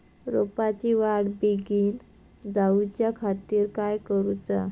रोपाची वाढ बिगीन जाऊच्या खातीर काय करुचा?